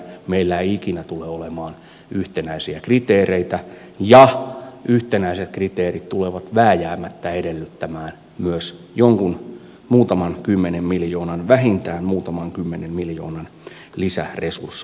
meillä ei ikinä tule olemaan yhtenäisiä kriteereitä ja yhtenäiset kriteerit tulevat vääjäämättä edellyttämään myös jonkun muutaman kymmenen miljoonan vähintään muutaman kymmenen miljoonan lisäresursointitarpeen